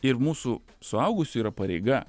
ir mūsų suaugusiųjų yra pareiga